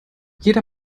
jeder